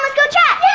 like go check.